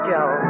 Joe